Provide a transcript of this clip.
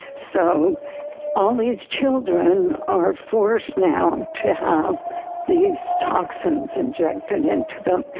so all these children are forced now to have these toxins injected into them.